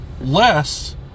less